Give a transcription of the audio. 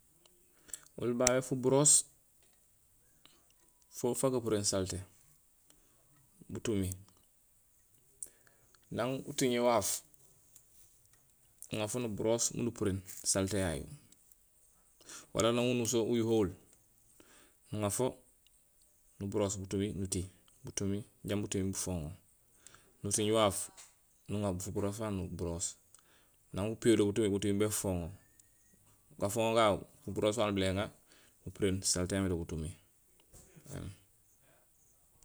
Oli babé fuburoos, fo faa gapuréén saalté butumi, naŋ utiŋé waaf, nuŋaar fo nuburoos miin upuréén saalté yayu. Wala naŋ unuso uyuhohul, nuŋaar fo nuburoos butumi nuti butumi jambi butumi bufoŋo, nutiiŋ waaf, nuŋaar fuburoos faa nuburoos. Naŋ upiyodo butumi, butumi bo béfoŋo, gafooŋ gagu, fuburoos faa nuñuumé éŋaar nupuréén saalté yaamé do butumi éém